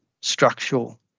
structural